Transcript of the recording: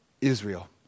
Israel